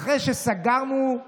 'אחרי שסגרנו,